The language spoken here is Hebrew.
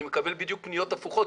אני מקבל בדיוק פניות הפוכות.